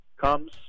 comes